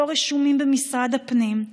לא רשומים במשרד הפנים,